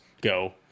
go